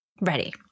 Ready